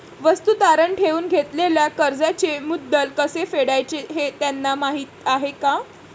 वस्तू तारण ठेवून घेतलेल्या कर्जाचे मुद्दल कसे फेडायचे हे त्यांना माहीत आहे का?